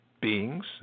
beings